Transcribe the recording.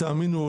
תאמינו,